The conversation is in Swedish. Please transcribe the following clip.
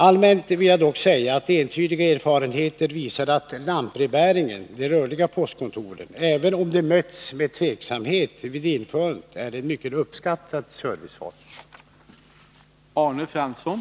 Allmänt vill jag dock säga att entydiga erfarenheter visar att lantbrevbäringen — de rörliga postkontoren —, även om de möts med tveksamhet vid införandet, är en mycket uppskattad serviceform.